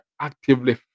actively